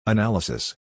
Analysis